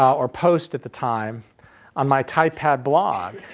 or post at the time on my typepad blog,